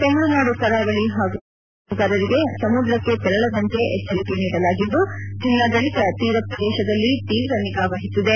ತಮಿಳುನಾಡು ಕರಾವಳಿ ಹಾಗೂ ದಕ್ಷಿಣ ಆಂಧ್ರದ ಮೀನುಗಾರರಿಗೆ ಸಮುದ್ರಕ್ಕೆ ತೆರಳದಂತೆ ಎಚ್ಚರಿಕೆ ನೀಡಲಾಗಿದ್ದು ಜಿಲ್ಲಾ ಆದಳಿತ ತೀರ ಪ್ರದೇಶದಲ್ಲಿ ತೀವ್ರ ನಿಗಾವಹಿಸಿದೆ